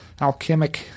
alchemic